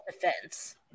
defense